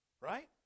Right